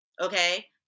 Okay